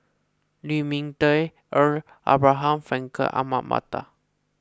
Lu Ming Teh Earl Abraham Frankel Ahmad Mattar